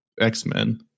X-Men